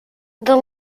the